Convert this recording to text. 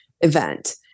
event